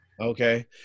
Okay